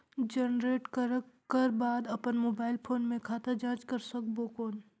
Generate करक कर बाद अपन मोबाइल फोन मे खाता जांच कर सकबो कौन?